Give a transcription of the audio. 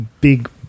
big